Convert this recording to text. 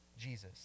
Jesus